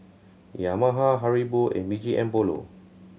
Yamaha Haribo and B G M Polo